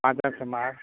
पाचांक सुमार